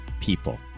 people